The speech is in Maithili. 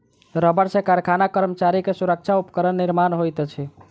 रबड़ सॅ कारखाना कर्मचारी के सुरक्षा उपकरण निर्माण होइत अछि